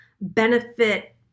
benefit